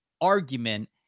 argument